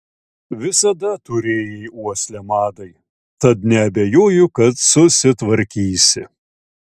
visada turėjai uoslę madai tad neabejoju kad susitvarkysi